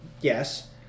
yes